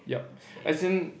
yup as in